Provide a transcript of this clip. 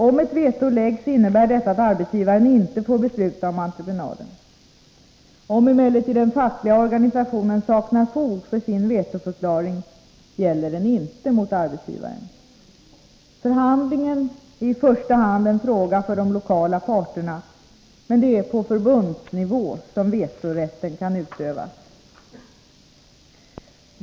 Om ett veto läggs innebär detta att arbetsgivaren inte får besluta om entreprenaden. Om emellertid den fackliga organisationen saknar fog för sin vetoförklaring gäller den inte mot arbetsgivaren. Förhandlingen är i första hand en fråga för de lokala parterna, men det är på förbundsnivå som vetorätten kan utövas.